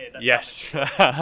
yes